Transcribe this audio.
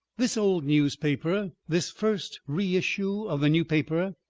this old newspaper, this first reissue of the new paper,